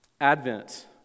Advent